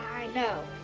i know.